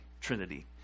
trinity